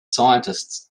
scientists